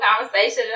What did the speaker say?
conversation